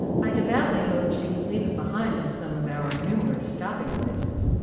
i devoutly hoped she would leave it behind in some of our numerous stopping-places,